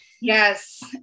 Yes